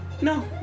No